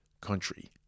country